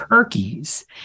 Turkeys